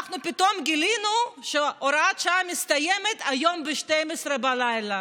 אנחנו פתאום גילינו שהוראת השעה מסתיימת היום ב-24:00.